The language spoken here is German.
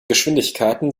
geschwindigkeiten